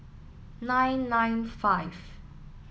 nine nine five